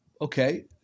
okay